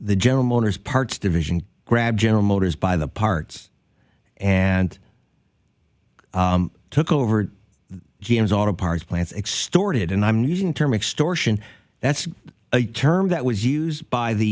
the general motors parts division grabbed general motors by the parts and took over g m s auto parts plants extorted and i'm using term extortion that's a term that was used by the